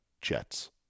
Jets